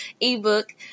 ebook